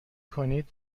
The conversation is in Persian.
کنید